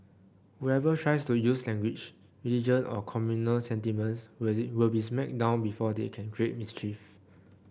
whoever tries to use language religion or communal sentiments will be smacked down before they can create mischief